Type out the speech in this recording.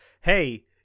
hey